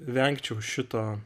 vengčiau šito